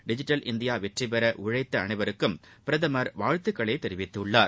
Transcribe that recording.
digital India வெற்றிபெற உளழத்த அனைவருக்கும் பிரதமர் வாழ்த்துக்களை தெரிவித்துள்ளார்